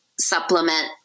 supplement